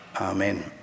Amen